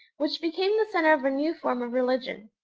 which became the centre of a new form of religion.